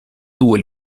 due